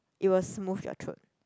it will smooth your throat